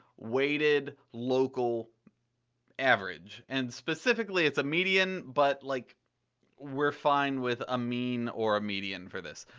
weighted local average. and specifically it's a median, but like we're fine with a mean or a median for this.